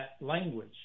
language